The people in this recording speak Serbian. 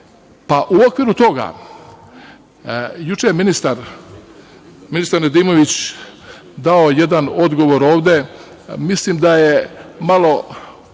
okviru toga, juče je ministar Nedimović dao jedan odgovor ovde, milim da je malo